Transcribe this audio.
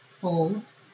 Hold